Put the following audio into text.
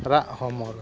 ᱨᱟᱜ ᱦᱚᱢᱚᱨ